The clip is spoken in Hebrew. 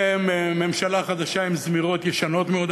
זו ממשלה חדשה עם זמירות ישנות מאוד.